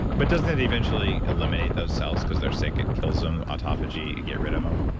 but doesn't it eventually eliminate those cells because they're sick, it kills them, autophagy you get rid of them?